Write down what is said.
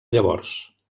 llavors